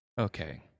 Okay